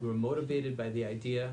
שמכבד אותנו בנוכחותו,